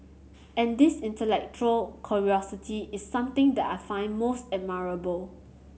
and this intellectual curiosity is something that I find most admirable